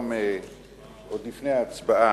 עוד לפני ההצבעה,